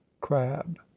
crab